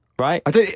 right